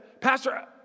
Pastor